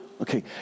Okay